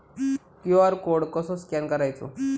QR code कसो scan करायचो?